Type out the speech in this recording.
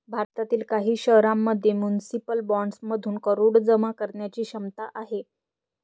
भारतातील काही शहरांमध्ये म्युनिसिपल बॉण्ड्समधून करोडो जमा करण्याची क्षमता आहे